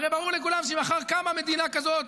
הרי ברור לכולם שאם מחר קמה מדינה כזאת,